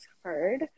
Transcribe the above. heard